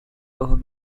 ojos